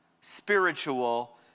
spiritual